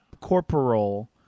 Corporal